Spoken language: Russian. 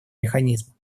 механизма